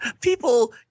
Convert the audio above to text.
people